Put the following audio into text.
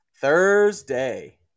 Thursday